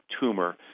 tumor